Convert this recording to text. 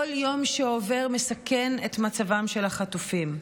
כל יום שעובר מסכן את מצבם של החטופים.